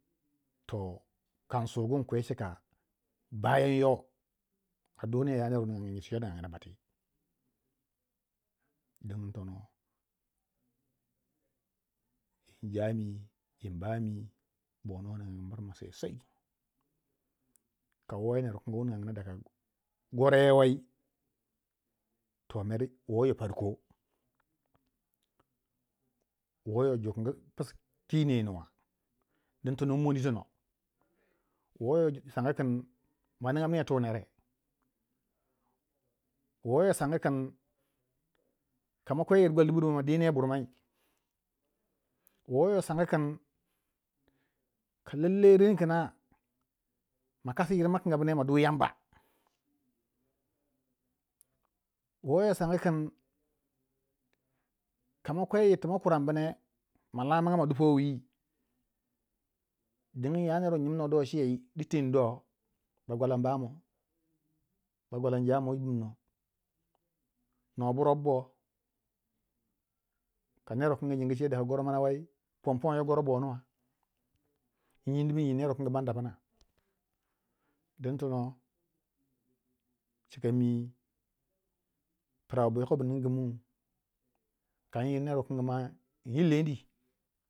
to kansugu in kwe cika bayan yo a duniya ya ner wu ningagin yir ti ningang na bati, dingin tono njami yi mbami bo nuwa ningagin mirma sosai, ka woyi ner wu kange wu ningangina daga goro wei toh mer woyo parko, woyo ju kange pisu yi nuwa, don tonno inmoni yi tono, woyo sange kin maninga maniyo tu nere, woyo sangkin ka yir gwal dimri mo ma diniya buri mai woyo sang kin ka lallai ren kina ka ma kas yir ma kinga bu ne ma du Yamba. woyo asang kin kama kwe yirti ma kuranbune ma la manga ma du powi dingin ya ner wu nyinmo o chei di teng do ba gwala mbamo ba gwala njamo wu bm no, no bu rop bo, kaner wu kange nyin ce daga goro mana wei pon pon you goro bo nuwa in yinnubu inyi ner wukange banda pma din tono cika mi prawu yoko bu ningu mu kan yir ner wukang ma inyi leni